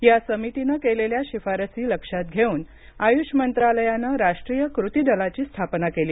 या समितीने केलेल्या शिफारसी लक्षात घेऊन आय्ष मंत्रालयानं राष्ट्रीय कृती दलाची स्थापना केली